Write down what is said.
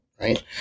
right